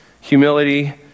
humility